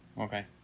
Okay